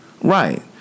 Right